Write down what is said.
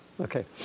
Okay